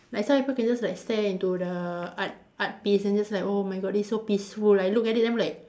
like some people can like just stare into the art art piece and just like oh my god this is so peaceful I look it then I'm like